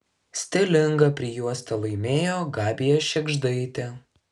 stilingą prijuostę laimėjo gabija šėgždaitė